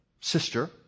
sister